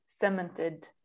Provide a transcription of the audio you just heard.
cemented